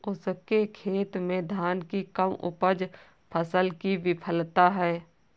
उसके खेत में धान की कम उपज फसल की विफलता है